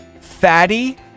fatty